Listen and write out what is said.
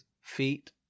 feet